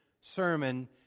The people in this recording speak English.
sermon